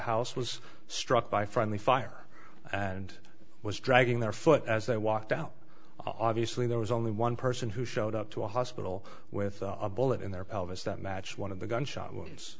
house was struck by friendly fire and was dragging their foot as they walked out obviously there was only one person who showed up to a hospital with a bullet in their pelvis that matched one of the gunshot